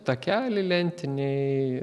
takeliai lentiniai